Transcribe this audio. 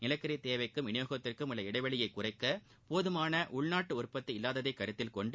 நிலக்கரி தேவைக்கும் வினியோகத்திற்கும் உள்ள இடைவெளியை குறைக்க போதுமான உள்நாட்டு உற்பத்தி இல்லாததை கருத்தில்கொண்டு